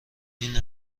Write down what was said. این